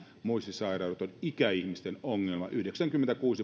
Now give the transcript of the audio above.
muistisairaudet ovat nimenomaan ikäihmisten ongelma yhdeksänkymmentäkuusi